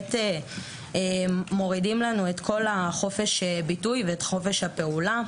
ובאמת מורידים לנו את כל חופש הביטוי ואת חופש הפעולה.